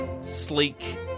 sleek